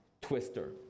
twister